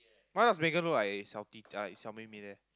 why does Megan look like a 小弟 uh 小妹妹 there